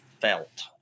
felt